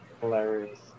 hilarious